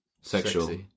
Sexual